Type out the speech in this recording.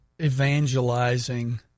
evangelizing